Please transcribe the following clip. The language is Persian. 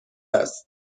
است